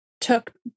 took